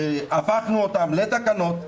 הפכנו אותן לתקנות,